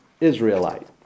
Israelite